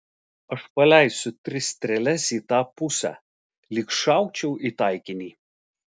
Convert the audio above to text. aš paleisiu tris strėles į tą pusę lyg šaučiau į taikinį